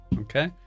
Okay